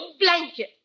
blanket